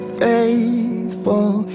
faithful